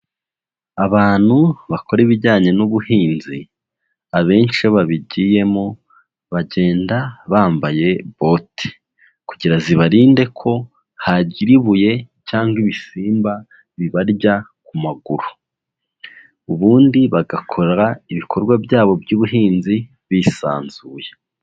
Abantu bakora ibijyanye n'ubuhinzi; abenshi babigiyemo bagenda bambaye bote kugira zibarinde ko hagira ibuye cyangwa ibisimba bibarya ku maguru, ubundi bagakora ibikorwa byabo by'ubuhinzi bisanzuye.